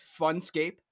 Funscape